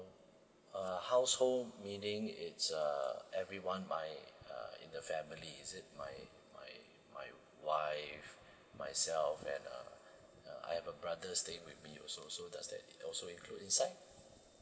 uh household meaning is uh everyone my uh in the family is it my my my wife myself and uh I have a brother staying with me also so does that also include inside